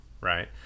right